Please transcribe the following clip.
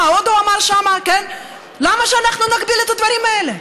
מה עוד הוא אמר שמה למה שאנחנו נגביל את הדברים האלה?